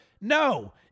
No